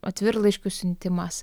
atvirlaiškių siuntimas